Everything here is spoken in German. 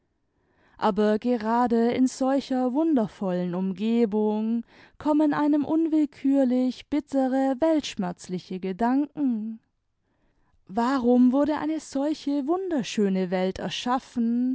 aber gerade in solcher wundervollen umgebung kommen einem unwillkürlich bittere weltschmerzliche gedanken warum wurde eine solche wunderschöne welt erschaffen